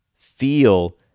Feel